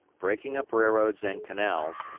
breaking up railroads and canals,